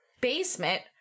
basement